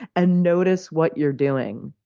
and notice what you're doing.